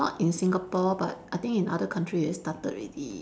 not in Singapore but I think in other country it started already